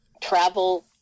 Travel